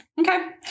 okay